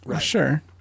Sure